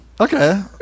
Okay